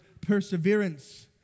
perseverance